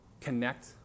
connect